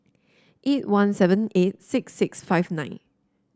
eight one seven eight six six five nine